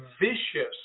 vicious